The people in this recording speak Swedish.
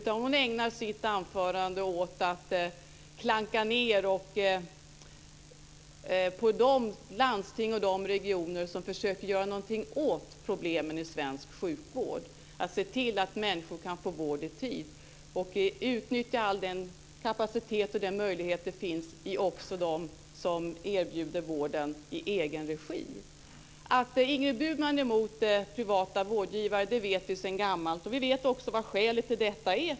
Hon ägnar i stället sitt anförande åt att klanka på de landsting och de regioner som försöker göra någonting åt problemen i svensk sjukvård - de som försöker se till att människor kan få vård i tid. De utnyttjar all den kapacitet och de möjligheter som finns. Det är också dessa som erbjuder vården i egen regi. Vi vet sedan gammalt att Ingrid Burman är emot privata vårdgivare. Vi vet också vilket skälet för detta är.